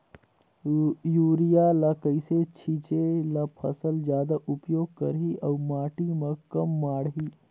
Urea ल कइसे छीचे ल फसल जादा उपयोग करही अउ माटी म कम माढ़ही?